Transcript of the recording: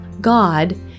God